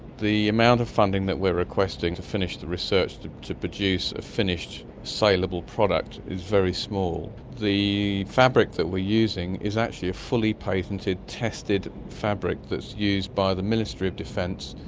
the amount of funding that we're requesting to finish the research to to produce a finished, saleable product is very small. small. the fabric that we're using is actually a fully patented, tested fabric that's used by the ministry of defence,